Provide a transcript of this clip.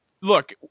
Look